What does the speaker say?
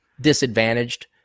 disadvantaged